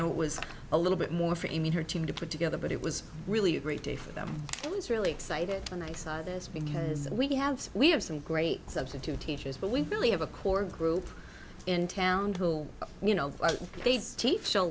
know it was a little bit more for him and her team to put together but it was really a great day for them and it's really excited and i say this because we have we have some great substitute teachers but we really have a core group in town who you know they teach